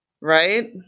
right